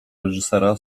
reżysera